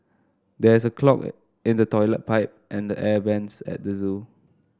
there is a clog in the toilet pipe and the air vents at the zoo